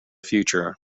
future